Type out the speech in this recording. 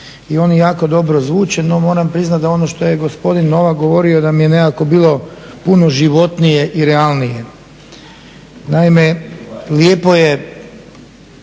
i oni jako dobro zvuče, no moram priznati da ono što je gospodin Novak govorio da mi je nekako bilo puno životnije i realnije. Naime, lijepo je